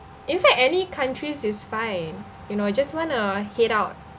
in fact any countries is fine you know just want to head out